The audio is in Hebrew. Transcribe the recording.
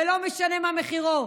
ולא משנה מה מחירו.